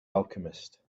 alchemist